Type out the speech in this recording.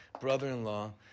brother-in-law